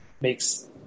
makes